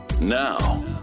Now